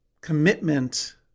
commitment